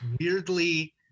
weirdly